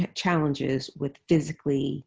ah challenges with physically